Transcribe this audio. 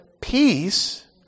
peace